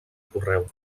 correu